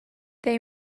they